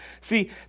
See